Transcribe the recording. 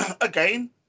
again